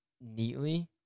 neatly